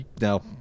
No